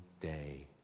day